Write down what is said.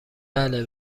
بله